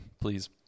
please